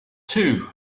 two